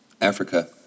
Africa